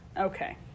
Okay